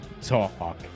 Talk